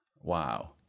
wow